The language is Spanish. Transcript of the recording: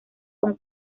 con